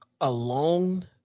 alone